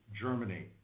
Germany